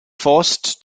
forced